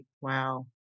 Wow